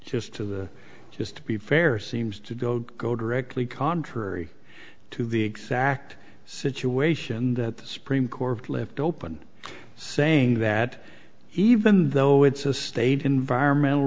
just to just to be fair seems to go to go directly contrary to the exact situation that the supreme court left open saying that even though it's a state environmental